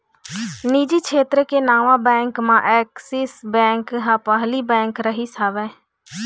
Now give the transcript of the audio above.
निजी छेत्र के नावा बेंक म ऐक्सिस बेंक ह पहिली बेंक रिहिस हवय